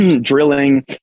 drilling